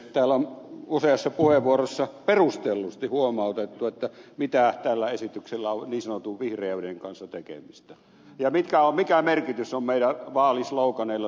täällä on useassa puheenvuorossa perustellusti huomautettu mitä tällä esityksellä on niin sanotun vihreyden kanssa tekemistä ja mikä merkitys on meidän vaalislogaaneillamme sun muilla